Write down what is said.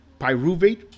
pyruvate